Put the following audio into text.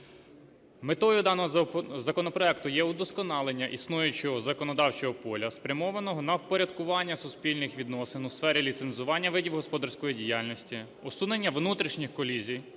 Метою даного законопроекту є вдосконалення існуючого законодавчого поля, спрямованого на впорядкування суспільних відносин у сфері ліцензування видів господарської діяльності, усунення внутрішніх колізій,